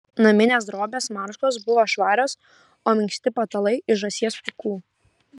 naminės drobės marškos buvo švarios o minkšti patalai iš žąsies pūkų